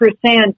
percent